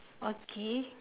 okay